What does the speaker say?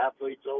athletes